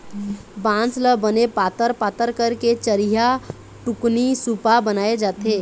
बांस ल बने पातर पातर करके चरिहा, टुकनी, सुपा बनाए जाथे